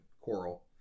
coral